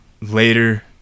later